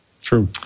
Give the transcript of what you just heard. True